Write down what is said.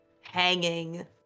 hanging